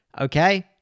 Okay